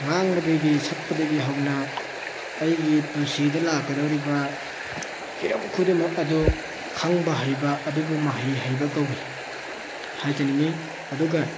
ꯉꯥꯡꯕꯗꯒꯤ ꯁꯛꯄꯗꯒꯤ ꯍꯧꯅ ꯑꯩꯒꯤ ꯄꯨꯟꯁꯤꯗ ꯂꯥꯛꯀꯗꯧꯔꯤꯕ ꯍꯤꯔꯝ ꯈꯨꯗꯤꯡꯃꯛ ꯑꯗꯨ ꯈꯪꯕ ꯍꯩꯕ ꯑꯗꯨꯕꯨ ꯃꯍꯩ ꯍꯩꯕ ꯀꯧꯋꯤ ꯍꯥꯏꯖꯅꯤꯡꯉꯤ ꯑꯗꯨꯒ